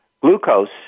glucose